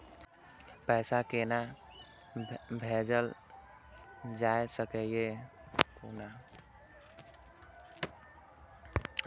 पैसा कोना भैजल जाय सके ये